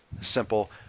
simple